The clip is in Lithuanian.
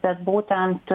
bet būtent